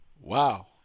Wow